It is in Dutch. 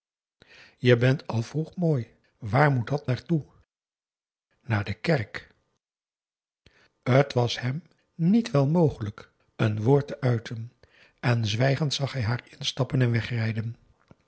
je bent al vroeg mooi waar moet dat naar toe naar de kerk het was hem niet wel mogelijk een woord te uiten en zwijgend zag hij haar instappen en wegrijden